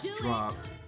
Dropped